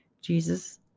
Jesus